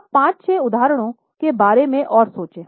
अब 5 6 उदाहरणों के बारे में और सोचें